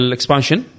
Expansion